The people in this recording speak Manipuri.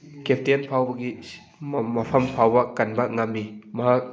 ꯀꯦꯞꯇꯦꯟ ꯐꯥꯎꯕꯒꯤ ꯃꯐꯝ ꯐꯥꯎꯕ ꯀꯟꯕ ꯉꯝꯃꯤ ꯃꯍꯥꯛ